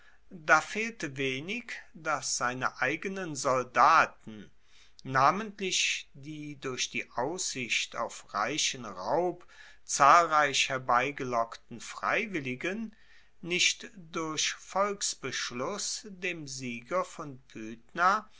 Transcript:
da fehlte wenig dass seine eigenen soldaten namentlich die durch die aussicht auf reichen raub zahlreich herbeigelockten freiwilligen nicht durch volksbeschluss dem sieger von